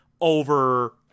over